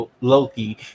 Loki